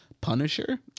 Punisher